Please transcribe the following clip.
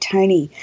Tony